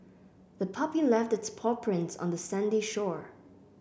the puppy left its paw prints on the sandy shore